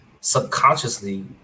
subconsciously